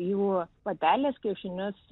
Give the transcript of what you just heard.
jų patelės kiaušinius